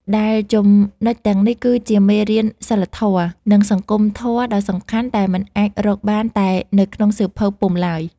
ដែលចំណុចទាំងនេះគឺជាមេរៀនសីលធម៌ និងសង្គមធម៌ដ៏សំខាន់ដែលមិនអាចរកបានតែនៅក្នុងសៀវភៅពុម្ពឡើយ។